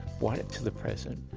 brought it to the present,